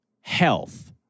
health